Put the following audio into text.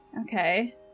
okay